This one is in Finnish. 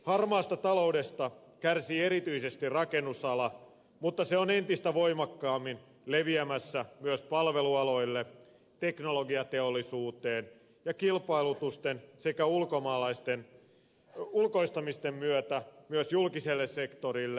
harmaasta taloudesta kärsii erityisesti rakennusala mutta se on entistä voimakkaammin leviämässä myös palvelualoille teknologiateollisuuteen ja kilpailutusten sekä ulkoistamisten myötä myös julkiselle sektorille